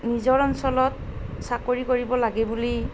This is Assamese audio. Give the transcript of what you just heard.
নিজৰ অঞ্চলত চাকৰি কৰিব লাগে বুলি